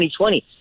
2020